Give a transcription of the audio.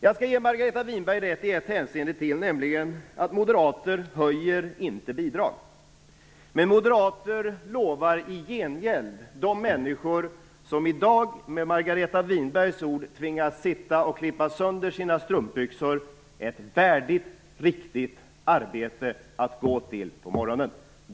Jag skall ge Margareta Winberg rätt i ett hänseende till, nämligen att moderater inte höjer bidrag. Men moderater lovar i gengäld de människor som i dag med Margareta Winbergs ord tvingas sitta och klippa sönder sina strumpbyxor ett värdigt, riktigt arbete att gå till på morgonen.